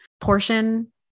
portion